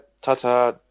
Ta-ta